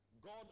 God